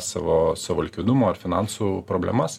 savo savo likvidumo ar finansų problemas